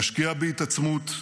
נשקיע בהתעצמות,